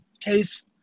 case